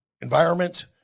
Environment